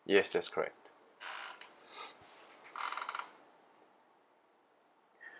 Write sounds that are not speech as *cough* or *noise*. yes that's correct *breath*